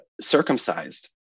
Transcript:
circumcised